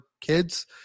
kids